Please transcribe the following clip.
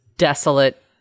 desolate